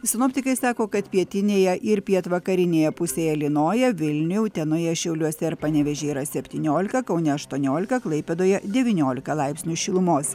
sinoptikai sako kad pietinėje ir pietvakarinėje pusėje lynoja vilniuje utenoje šiauliuose ir panevėžyje yra septyniolika kaune aštuoniolika klaipėdoje devyniolika laipsnių šilumos